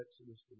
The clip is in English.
Exodus